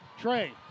Trey